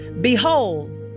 Behold